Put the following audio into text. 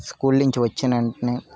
school నుంచి వచ్చిన వెంటనే